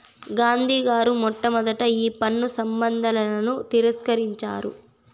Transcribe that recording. గాంధీ గారు మొట్టమొదటగా ఈ పన్ను నిబంధనలను తిరస్కరించారు